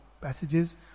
passages